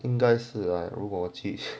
应该是如果去